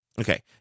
Okay